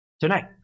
tonight